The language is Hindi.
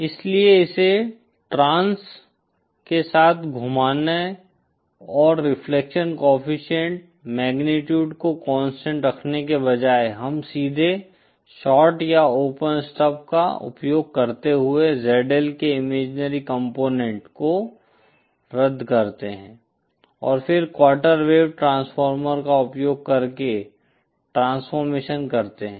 इसलिए इसे ट्रांस ट्रांस के साथ घुमाने और रिफ्लेक्शन कोएफ़िशिएंट मैग्नीट्यूड को कोंस्टंट रखने के बजाय हम सीधे शॉर्ट या ओपन स्टब का उपयोग करते हुए ZL के इमेजिनरी कॉम्पोनेन्ट को रद्द करते हैं और फिर क्वार्टर वेव ट्रांसफार्मर का उपयोग करके ट्रांसफॉर्मेशन करते हैं